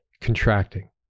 contracting